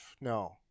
No